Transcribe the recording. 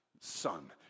son